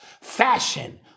fashion